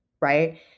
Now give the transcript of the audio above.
right